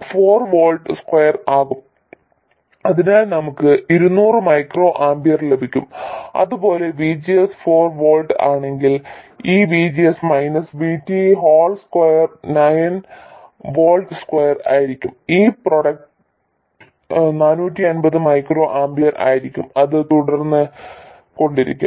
4 volt square ആകും അതിനാൽ നമുക്ക് 200 മൈക്രോ ആമ്പിയർ ലഭിക്കും അതുപോലെ VGS 4 വോൾട്ട് ആണെങ്കിൽ ഈ VGS minus VT whole square 9 volt square ആയിരിക്കും ഈ പ്രോഡക്റ്റ് 450 മൈക്രോ ആമ്പിയർ ആയിരിക്കും അത് തുടർന്ന് കൊണ്ടിരിക്കും